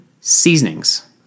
Seasonings